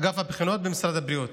במשרד הבריאות.